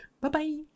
Bye-bye